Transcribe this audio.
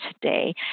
today